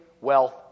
wealth